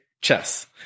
chess